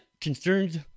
concerns